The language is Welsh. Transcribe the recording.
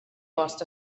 bost